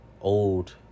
old